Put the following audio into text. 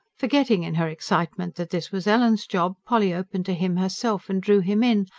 forgetting in her excitement that this was ellen's job, polly opened to him herself, and drew him in.